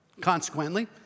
Consequently